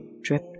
drip